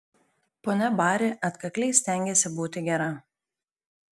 ponia bari atkakliai stengėsi būti gera